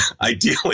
ideally